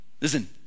Listen